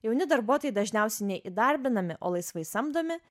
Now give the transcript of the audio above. jauni darbuotojai dažniausiai ne įdarbinami o laisvai samdomi